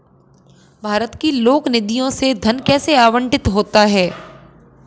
भारत की लोक निधियों से धन कैसे आवंटित होता है?